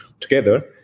together